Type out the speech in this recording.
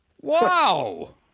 Wow